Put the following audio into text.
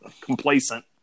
complacent